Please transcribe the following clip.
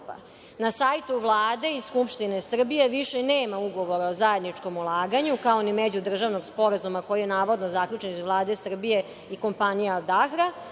sajtu Vlade i Skupštine Srbije više nema ugovora o zajedničkom ulaganju, kao ni međudržavnog sporazuma koji je navodno zaključen od Vlade Srbije i kompanije „Al